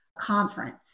conference